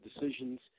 decisions